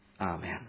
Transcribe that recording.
Amen